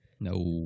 No